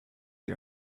sie